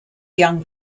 young